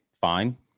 fine